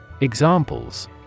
Examples